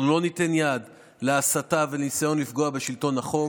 אנחנו לא ניתן יד להסתה וניסיון לפגוע בשלטון החוק.